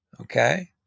Okay